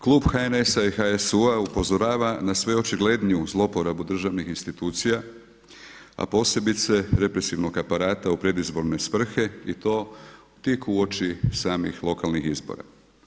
Klub HNS-a i HSU-a upozorava na sve očigledniju zlouporabu državnih institucija, a posebice represivnog aparata u predizborne svrhe i to tik u oči samih lokalnih izbora.